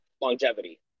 Longevity